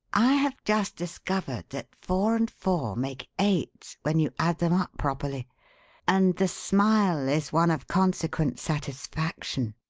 i have just discovered that four and four make eight when you add them up properly and the smile is one of consequent satisfaction.